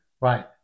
Right